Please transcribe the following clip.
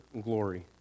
glory